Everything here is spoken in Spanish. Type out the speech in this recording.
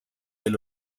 del